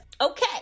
Okay